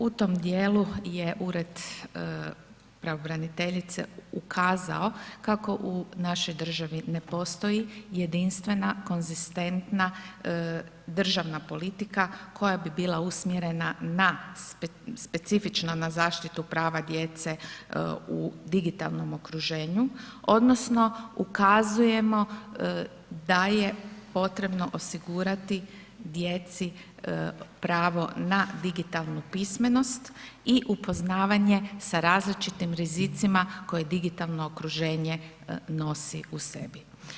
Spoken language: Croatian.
U tom djelu je Ured pravobraniteljice ukazao kako u našoj državi ne postoji jedinstvena, konzistentna, državna politika koja bi bila usmjerena specifično na zaštitu prava djece u digitalnom okruženju odnosno ukazujemo da je potrebno osigurati djeci pravo na digitalnu pismenost i upoznavanje sa različitim rizicima koji digitalno okruženje nosi u sebi.